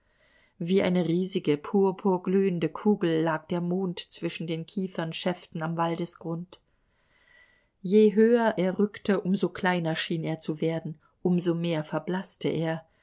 wie eine riesige purpurglühende kugel lag der mond zwischen den kieferschäften am waldesgrund je höher er rückte um so kleiner schien er zu werden um so mehr verblaßte er